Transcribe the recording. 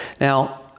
Now